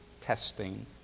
testing